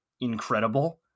incredible